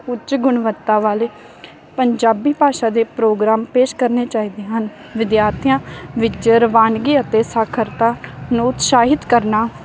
ਉੱਚ ਗੁਣਵੱਤਾ ਵਾਲੇ ਪੰਜਾਬੀ ਭਾਸ਼ਾ ਦੇ ਪ੍ਰੋਗਰਾਮ ਪੇਸ਼ ਕਰਨੇ ਚਾਹੀਦੇ ਹਨ ਵਿਦਿਆਰਥੀਆਂ ਵਿਚ ਰਵਾਨਗੀ ਅਤੇ ਸਾਖ਼ਰਤਾ ਨੂੰ ਉਤਸ਼ਾਹਿਤ ਕਰਨਾ